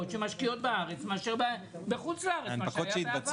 שמשקיעות בארץ מאשר בחוץ לארץ ממה שהיה בעבר.